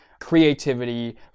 creativity